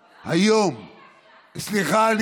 סליחה.